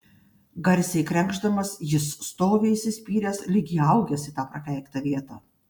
garsiai krenkšdamas jis stovi įsispyręs lyg įaugęs į tą prakeiktą vietą